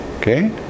Okay